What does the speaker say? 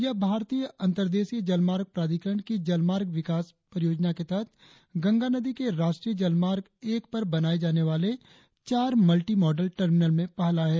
यह भारतीय अंतरदेशीय जलमार्ग प्राधिकरण की जलमार्ग विकास परियोजना के तहत गंगा नदी के राष्ट्रीय जलमार्ग एक पर बनाए जाने वाले चार मल्टी मॉडल टर्मिनल में पहला है